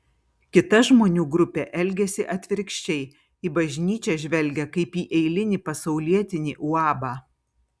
kita žmonių grupė elgiasi atvirkščiai į bažnyčią žvelgia kaip į eilinį pasaulietinį uabą